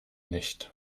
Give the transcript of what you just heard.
nicht